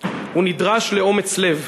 הוא נדרש לאומץ לב,